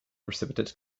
precipitate